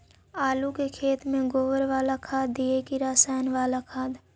आलू के खेत में गोबर बाला खाद दियै की रसायन बाला खाद?